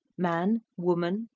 man, woman,